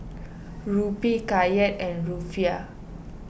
Rupee Kyat and Rufiyaa